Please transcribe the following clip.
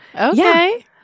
Okay